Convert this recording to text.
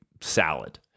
salad